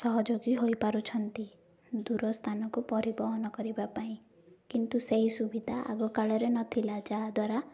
ସହଯୋଗୀ ହୋଇପାରୁଛନ୍ତି ଦୂର ସ୍ଥାନକୁ ପରିବହନ କରିବା ପାଇଁ କିନ୍ତୁ ସେହି ସୁବିଧା ଆଗକାଳରେ ନଥିଲା ଯାହାଦ୍ୱାରା